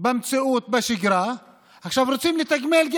במציאות בשגרה עכשיו רוצים לתגמל,